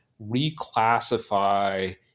reclassify